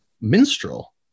minstrel